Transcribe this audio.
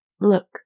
Look